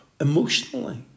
emotionally